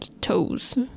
toes